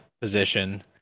position